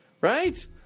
Right